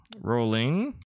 Rolling